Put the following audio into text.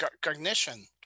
cognition